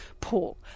Paul